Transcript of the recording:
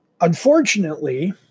Unfortunately